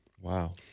Wow